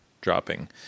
dropping